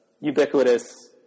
ubiquitous